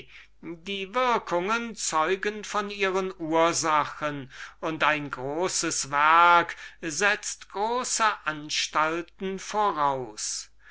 die würkungen zeugen von ihren ursachen ein großes werk setzt große anstalten voraus